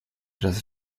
das